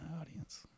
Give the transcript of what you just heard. audience